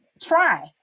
try